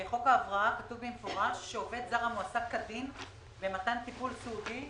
בחוק ההבראה כתוב שעובד זר המועסק כדין במתן טיפול סיעודי,